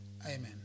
Amen